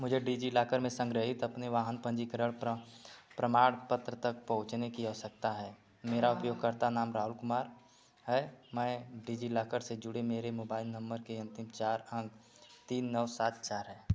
मुझे डिजिलॉकर में संग्रहीत अपने वाहन पंजीकरण प्रमाण पत्र तक पहुँचने की आवश्यकता है मेरा उपयोगकर्ता नाम राहुल कुमार है मैं डिजिलॉकर से जुड़े मेरे मोबाइल नम्बर के अंतिम चार अंक तीन नौ सात चार है